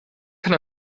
kann